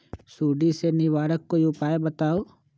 सुडी से निवारक कोई उपाय बताऊँ?